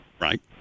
Right